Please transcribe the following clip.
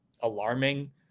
alarming